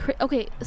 okay